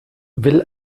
will